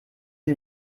ihn